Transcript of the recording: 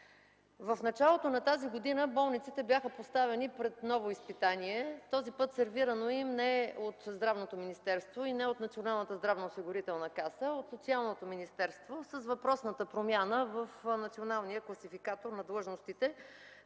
В началото на тази година болниците бяха поставени пред ново изпитание – този път сервирано им не от Здравното министерство и не от Националната здравноосигурителна каса, а от Социалното министерство с въпросната промяна в Националния класификатор на длъжностите,